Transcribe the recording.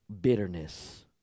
bitterness